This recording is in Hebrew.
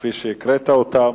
כפי שהקראת אותן.